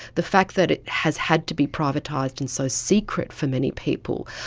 the fact that it has had to be privatised and so secret for many people,